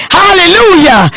hallelujah